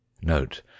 Note